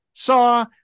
saw